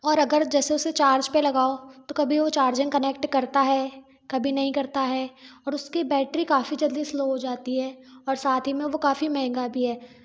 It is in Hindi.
और अगर जैसे उसे चार्ज पर लगाओ तो चार्जर कनेक्ट करता है कभी नहीं करता है और उसकी बैटरी काफ़ी जल्दी स्लो हो जाती है और साथ ही में वह काफ़ी महंगा भी है